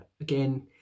again